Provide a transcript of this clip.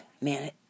man